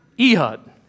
Ehud